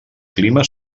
clima